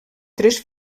tres